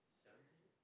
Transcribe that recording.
<S<